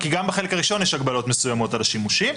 כי גם בחלק הראשון יש הגבלות מסוימות על השימושים.